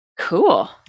Cool